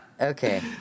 okay